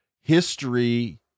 history